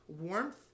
warmth